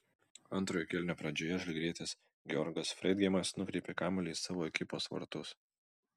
antrojo kėlinio pradžioje žalgirietis georgas freidgeimas nukreipė kamuolį į savo ekipos vartus